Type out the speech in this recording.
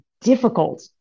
difficult